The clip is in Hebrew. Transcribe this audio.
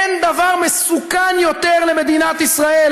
אין דבר מסוכן יותר למדינת ישראל,